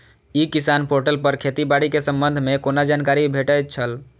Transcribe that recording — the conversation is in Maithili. ई किसान पोर्टल पर खेती बाड़ी के संबंध में कोना जानकारी भेटय छल?